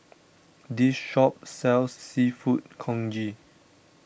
this shop sells Seafood Congee